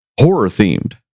horror-themed